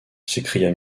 s’écria